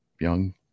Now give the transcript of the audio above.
Young